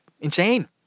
insane